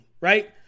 right